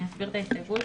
אני אסביר את ההסתייגות.